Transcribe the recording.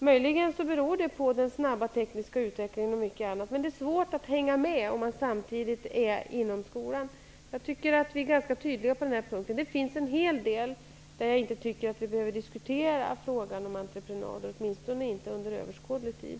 Möjligen beror det på den snabba tekniska utvecklingen och mycket annat, men det är svårt att hänga med om man samtidigt är verksam inom skolan. Vi är ganska tydliga på den punkten. Det finns en hel del områden där frågan om entreprenad inte behöver diskuteras, åtminstone inte inom överskådlig tid.